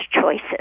choices